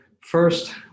first